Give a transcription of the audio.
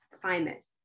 climate